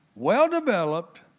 well-developed